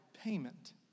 payment